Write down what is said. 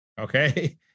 okay